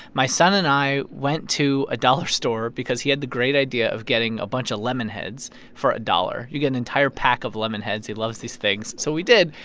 my son and i went to a dollar store because he had the great idea of getting a bunch of lemonheads for a dollar. you get an entire pack of lemonheads. he loves these things. so we did.